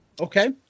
Okay